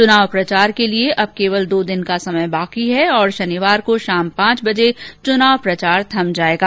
चुनाव प्रचार के लिए अब केवल दो दिन का समय बाकी है और शनिवार को शाम पांच बजे चुनाव प्रचार पर रोक लग जाएगी